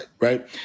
right